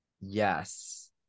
yes